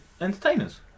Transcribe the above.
entertainers